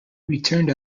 returned